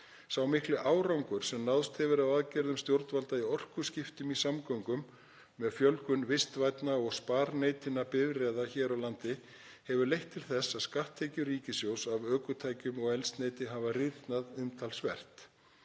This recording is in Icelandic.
Sá mikli árangur sem náðst hefur af aðgerðum stjórnvalda í orkuskiptum í samgöngum með fjölgun vistvænna og sparneytinna bifreiða hér á landi hefur leitt til þess að skatttekjur ríkissjóðs af ökutækjum og eldsneyti hafa rýrnað umtalsvert.